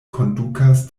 kondukas